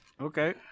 Okay